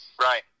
Right